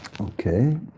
Okay